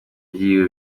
vyiwe